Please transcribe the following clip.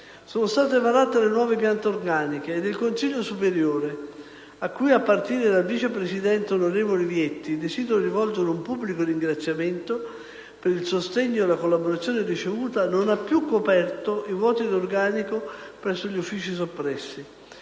Sono state varate le nuove piante organiche ed il Consiglio superiore - a cui, a partire dal Vice Presidente, onorevole Vietti, desidero rivolgere un pubblico ringraziamento per il sostegno e la collaborazione ricevuti - non ha più coperto i vuoti di organico presso gli uffici soppressi.